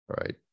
right